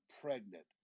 pregnant